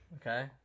Okay